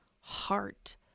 heart